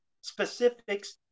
specifics